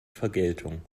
vergeltung